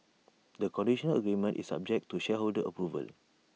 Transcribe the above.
the conditional agreement is subject to shareholder approval